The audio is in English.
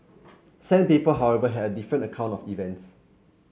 sandpiper however had a different account of events